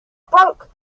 broke